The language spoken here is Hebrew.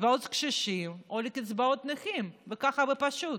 לקצבאות קשישים או לקצבאות נכים, ככה בפשטות,